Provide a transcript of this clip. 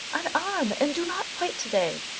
unarm, and do not fight to-day.